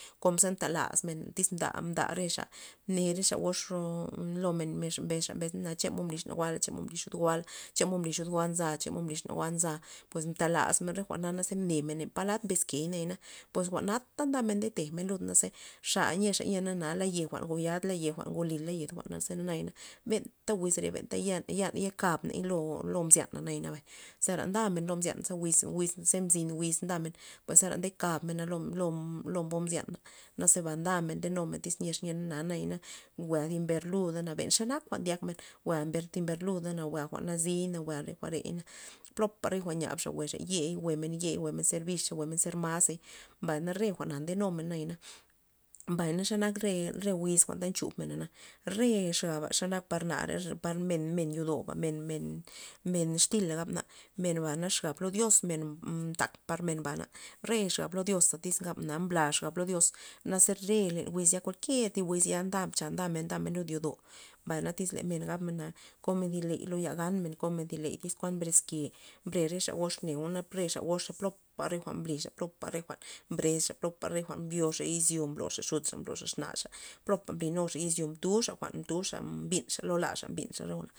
Konza ntelaz men tyz mda- mda re xa gox ro lo men mbezxa na chemod mbli xud goana chemod mbli xud goalna chemod mbli exnagua nzaa pues talazmen re jwa'n naze nemen palad keyna, pues jwa'nata nde timem lud ze xa ni na ye jw'n joyad xe jwa'n ngoli leya zena mbenta wiz reya benta yan- yan gabney lo mzyana zera ndamen lo mzyan wiz- wiz ze mzin wiz ndamen pueszera ndekab mena lo- lo mzyan naze ndamen ndenumen tyz nyexana naya na jwa' thi ber na lud len xenak jwa'n ndyakmen jwa' mber ber luda na jwa' re jwa'n nazi plopa re jwa'n nyabxa jwa'xa yei jwe'xa yei jw'mne zer bixa jwe'men zer mazey mbay re jwa'na ndenu men nayana mbayna xe nak re wiz jwa'nta nchubmen re xaba xe nak nara par nare men men yodoba men men xtyla gabmen men ba na xab dios mtak par men re xab lo diosa iz gabna mbla lo dis naze re len wiz ya kualkier thi wiz ya ndamen ndamen- ndamen lo yodo mbay tyz le gabmen na komen thi ley lo ganmne komen tyz kuan mbres ke mbres re xa gox neo re xa goxa popa re jwa'n mblixa popa re jwa'n mbres xa popa mbioxa izyo blozxa yudza mblozxa exnaxa plopa mbly nuxa izyo mtux mtuxa jwa'n mtuxa mbinxa lo laxa.